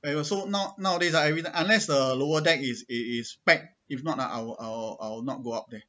wherever so now nowadays ah every time unless the lower deck is is is packed if not ah I'll I'll I'll not go up there